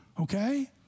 okay